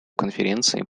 конференции